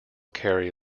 carry